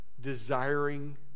desiring